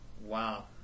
Wow